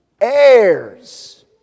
heirs